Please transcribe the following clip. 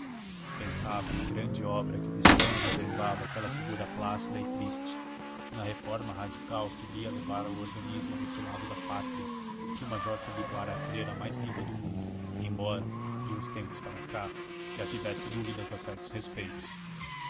pensava na grande obra que o destino reservava àquela figura plácida e triste na reforma radical que ele ia levar ao organismo aniquilado da pátria que o major se habituara a crer a mais rica do mundo embora de uns tempos para cá já tivesse dúvidas a certos respeitos